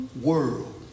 world